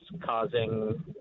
causing